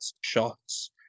shots